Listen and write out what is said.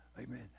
Amen